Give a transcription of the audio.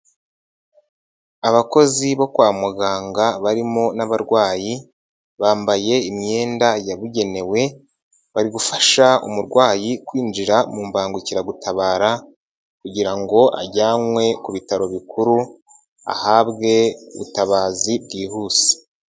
Abakozi bo kwa muganga barimo n'abarwayi, bambaye imyenda yabugenewe, bari gufasha umurwayi kwinjira mu mbangukiragutabara kugira ngo ajyanwe ku bitaro bikuru, ahabwe ubutabazi bwihuse.